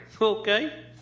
Okay